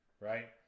Right